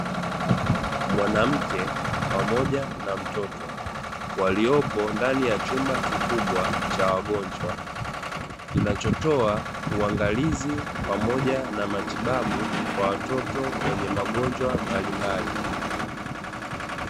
Mwanamke pamoja na mtoto, waliopo ndani ya chumba kikubwa cha wagonjwa, kinachotoa uangalizi pamoja na matibabu kwa watoto wenye magonjwa mbalimbali.